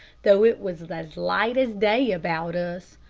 though it was as light as day about us,